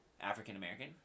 African-American